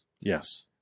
yes